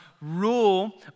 rule